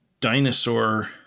Dinosaur